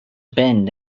bend